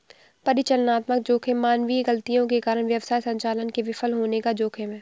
परिचालनात्मक जोखिम मानवीय गलतियों के कारण व्यवसाय संचालन के विफल होने का जोखिम है